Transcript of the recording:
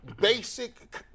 basic